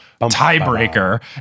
tiebreaker